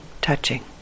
touching